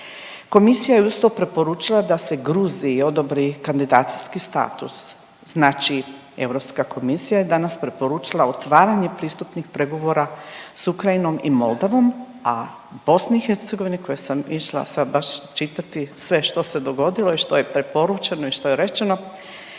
Komisija je uz to preporučila da se Gruziji odobri kandidacijski status. Znači Europska komisija je danas preporučila otvaranje pristupnih pregovora s Ukrajinom i Moldavom, a BiH kojoj sam išla sad baš čitati sve što se dogodilo i što je preporučeno i što je rečeno